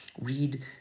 read